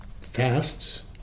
fasts